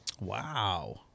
Wow